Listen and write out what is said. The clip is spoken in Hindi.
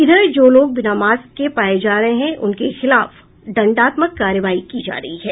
इधर जो लोग बिना मास्क के पाये जा रहे हैं उनके खिलाफ दंडात्मक कार्रवाई की जा रही है